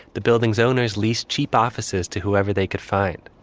the building's owners leased cheap offices to whoever they could find,